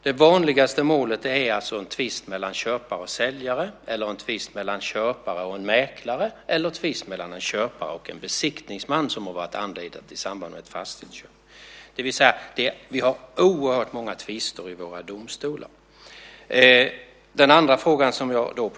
Det vanligaste målet är en tvist mellan köpare och säljare, en tvist mellan en köpare och en mäklare eller en tvist mellan en köpare och en besiktningsman som har varit anlitad i samband med ett fastighetsköp. Vi har oerhört många tvister vid våra domstolar.